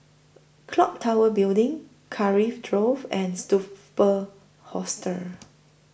Clock Tower Building Drove and Hostel